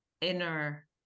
inner